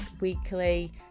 weekly